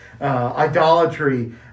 idolatry